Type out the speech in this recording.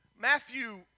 Matthew